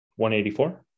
184